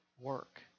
work